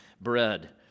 bread